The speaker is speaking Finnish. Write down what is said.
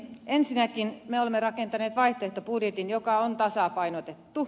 ensinnäkin me olemme rakentaneet vaihtoehtobudjetin joka on tasapainotettu